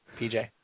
PJ